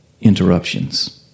interruptions